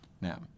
Now